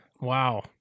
Wow